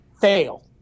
fail